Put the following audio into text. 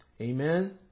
Amen